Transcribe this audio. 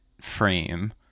frame